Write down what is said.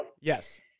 yes